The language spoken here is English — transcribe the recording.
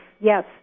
yes